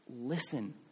listen